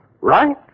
Right